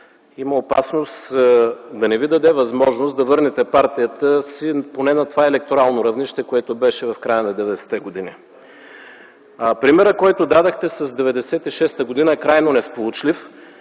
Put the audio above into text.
има опасност да не Ви даде възможност да върнете партията си поне на това електорално равнище, което беше в края на 90-те години. Примерът, който дадохте с 1996 г., е крайно несполучлив.